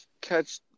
catch